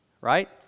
Right